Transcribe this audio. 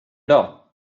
dag